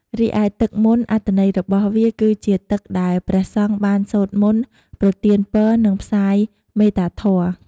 រីឯទឹកមន្ត អត្ថន័យរបស់វាគឺជាទឹកដែលព្រះសង្ឃបានសូត្រមន្ត ប្រទានពរ និងផ្សាយមេត្តាធម៌។